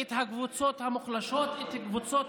את הקבוצות המוחלשות, את קבוצות